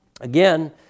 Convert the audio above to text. again